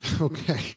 Okay